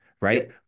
right